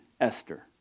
Esther